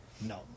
No